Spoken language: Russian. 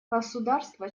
государства